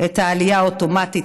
את העלייה האוטומטית,